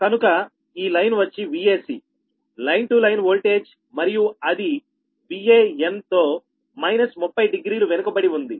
కనుక ఈ లైన్ వచ్చి Vac line to line voltage మరియు అది Van తో మైనస్ 30 డిగ్రీలు వెనుకబడి ఉంది